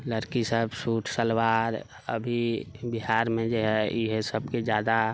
लड़की सभ सूट सलवार अभी बिहारमे जे है इएह सभके जादा